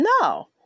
No